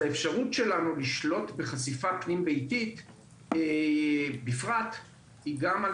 האפשרות שלנו לשלוט בחשיפה פנים ביתית בפרט היא גם על